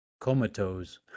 Comatose